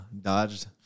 dodged